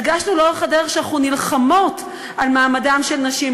הרגשנו לאורך הדרך שאנחנו נלחמות על מעמדן של נשים,